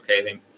okay